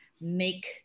make